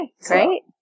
great